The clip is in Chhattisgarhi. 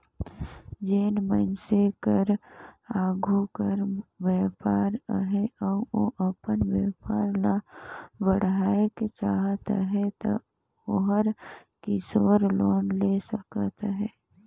जेन मइनसे कर आघु कर बयपार अहे अउ ओ अपन बयपार ल बढ़ाएक चाहत अहे ता ओहर किसोर लोन ले सकत अहे